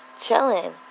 Chilling